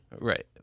Right